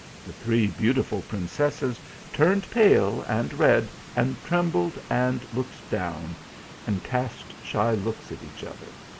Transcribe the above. the three beautiful princesses turned pale and red, and trembled, and looked down and cast shy looks at each other,